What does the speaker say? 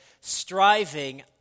striving